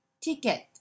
Ticket